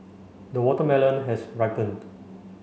the watermelon has ripened